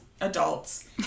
adults